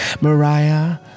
mariah